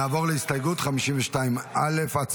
נעבור להסתייגות 52 א'.